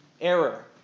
error